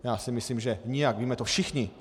Já si myslím že nijak, víme to všichni.